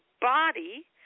body